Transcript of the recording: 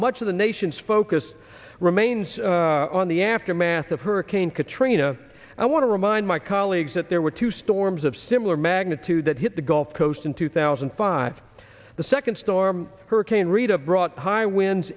much of the nation's focus remains on the aftermath of hurricane katrina i want to remind my colleagues that there were two storms of similar magnitude that hit the gulf coast in two thousand and five the second storm hurricane rita brought high win